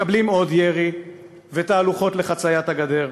מקבלים עוד ירי ותהלוכות לחציית הגדר.